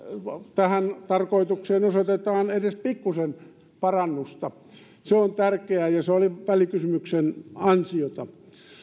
tähän tarkoitukseen osoitetaan edes pikkuisen parannusta se on tärkeää ja se oli välikysymyksen ansiota